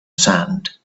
sand